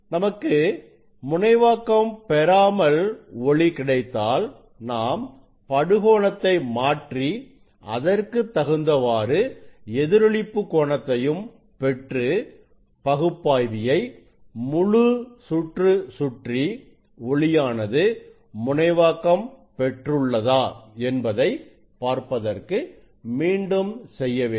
நமக்கு முனைவாக்கம் பெறாமல் ஒளி கிடைத்தால் நாம் படு கோணத்தை மாற்றி அதற்கு தகுந்தவாறு எதிரொளிப்பு கோணத்தையும் பெற்று பகுப்பாய்வியை முழு சுற்று சுற்றி ஒளியானது முனைவாக்கம் பெற்றுள்ளதா என்பதை பார்ப்பதற்கு மீண்டும் செய்ய வேண்டும்